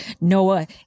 Noah